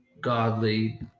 godly